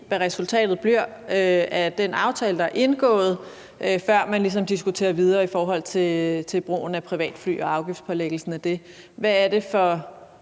hvad resultatet af den aftale, der er indgået, bliver, før man ligesom diskuterer videre i forhold til brugen af privatfly og afgiftspålæggelsen af det. Hvad er det for